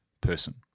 person